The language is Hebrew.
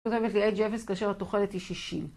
כותב לי H אפס כאשר התוכלת היא שישים